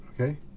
okay